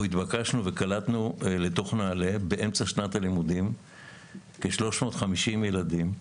אנחנו התבקשנו וקלטנו לתוך נעל"ה באמצע שנת הלימודים כ-350 ילדים.